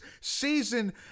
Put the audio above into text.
season